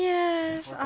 Yes